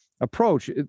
approach